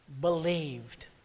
believed